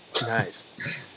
nice